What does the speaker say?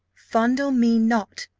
fondle me not,